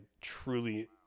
truly